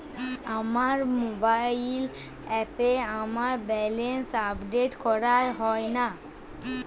আমার মোবাইল অ্যাপে আমার ব্যালেন্স আপডেট করা হয় না